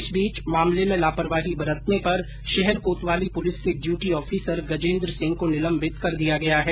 इस बीच मामले में लापरवाही बरतने पर शहर कोतवाली पुलिस के डयूटी ऑफिसर गजेन्द्र सिंह को निलम्बित कर दिया है